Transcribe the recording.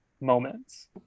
moments